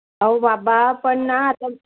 अहो बाबा पण ना आता